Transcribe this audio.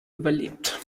überlebt